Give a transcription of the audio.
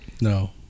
No